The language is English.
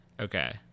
Okay